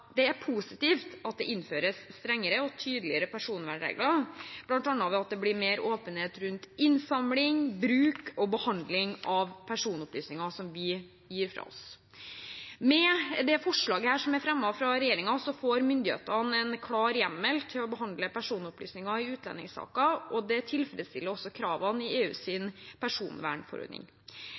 det er positivt at det innføres strengere og tydeligere personvernregler, bl.a. ved at det blir mer åpenhet rundt innsamling, bruk og behandling av personopplysninger som vi gir fra oss. Med dette forslaget som er fremmet fra regjeringen, får myndighetene en klar hjemmel til å behandle personopplysninger i utlendingssaker, og det tilfredsstiller også kravene i EUs personvernforordning.